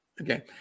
Okay